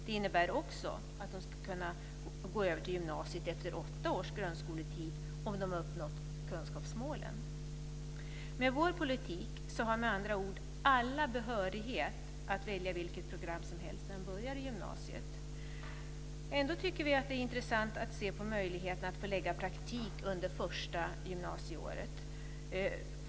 Det innebär också att de ska kunna gå över till gymnasiet efter åtta års grundskoletid om de har uppnått kunskapsmålen. Med vår politik har med andra ord alla behörighet att välja vilket program som helst när de börjar gymnasiet. Ändå tycker vi att det är intressant att se på möjligheten att få lägga praktik under första gymnasieåret.